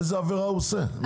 איזו עבירה הוא עושה.